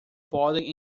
podem